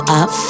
up